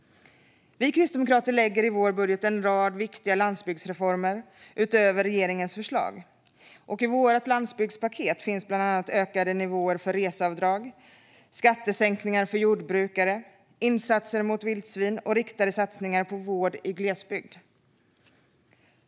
Vi Kristdemokrater har i vår budget en rad viktiga landsbygdsreformer utöver regeringens förslag. I vårt landsbygdspaket finns bland annat ökade nivåer för reseavdrag, skattesänkningar för jordbrukare, insatser mot vildsvin och riktade satsningar på vård i glesbygd.